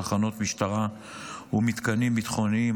תחנות משטרה ומתקנים ביטחוניים),